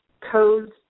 codes